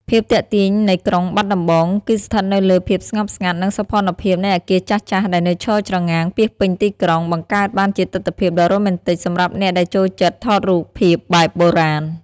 ភាពទាក់ទាញនៃក្រុងបាត់ដំបងគឺស្ថិតនៅលើភាពស្ងប់ស្ងាត់ និងសោភ័ណភាពនៃអគារចាស់ៗដែលនៅឈរច្រងាងពាសពេញទីក្រុង បង្កើតបានជាទិដ្ឋភាពដ៏រ៉ូមែនទិកសម្រាប់អ្នកដែលចូលចិត្តថតរូបភាពបែបបុរាណ។